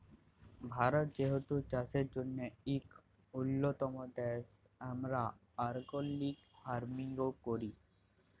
ভারত যেহেতু চাষের জ্যনহে ইক উল্যতম দ্যাশ, আমরা অর্গ্যালিক ফার্মিংও ক্যরি